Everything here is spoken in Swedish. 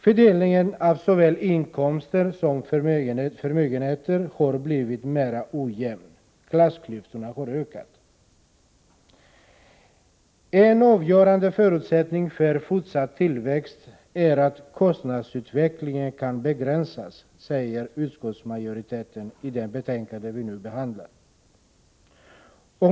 Fördelningen av såväl inkomster som förmögenheter har blivit mer ojämn. Klassklyftorna har ökat. En avgörande förutsättning för fortsatt tillväxt är att kostnadsutvecklingen kan begränsas, säger utskottsmajoriteten i det betänkande vi nu behandlar.